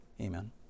amen